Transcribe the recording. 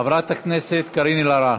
חברת הכנסת קארין אלהרר.